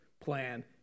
plan